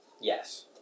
Yes